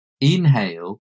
inhale